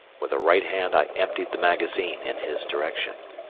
with the right hand i emptied the magazine in his direction.